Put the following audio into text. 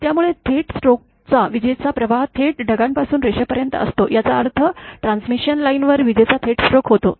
त्यामुळे थेट स्ट्रोकचा विजेचा प्रवाह थेट ढगापासून रेषेपर्यंत असतो याचा अर्थ ट्रान्समिशन लाईनवर विजेचा थेट स्ट्रोक होतो